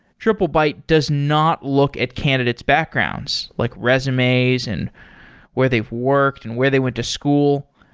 triplebyte does not look at candidate's backgrounds, like resumes and where they've worked and where they went to school.